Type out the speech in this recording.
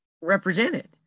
represented